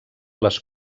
les